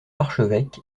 archevêque